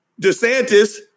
DeSantis